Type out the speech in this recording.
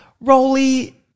Rolly